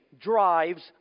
drives